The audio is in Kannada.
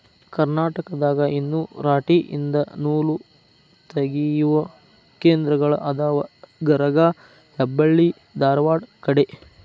ಕರ್ನಾಟಕದಾಗ ಇನ್ನು ರಾಟಿ ಯಿಂದ ನೂಲತಗಿಯು ಕೇಂದ್ರಗಳ ಅದಾವ ಗರಗಾ ಹೆಬ್ಬಳ್ಳಿ ಧಾರವಾಡ ಕಡೆ